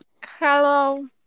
Hello